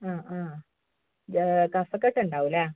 കഫക്കെട്ടുണ്ടാവുലെ